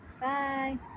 bye